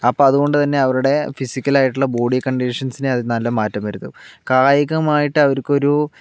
അപ്പോൾ അതുകൊണ്ടുതന്നെ അവരുടെ ഫിസിക്കൽ ആയിട്ടുള്ള ബോഡി കണ്ടീഷൻസിനെ അതു നല്ല മാറ്റം വരുത്തും കായികമായിട്ട് അവർക്കൊരു